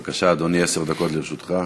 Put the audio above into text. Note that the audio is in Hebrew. בבקשה, אדוני, עשר דקות לרשותך.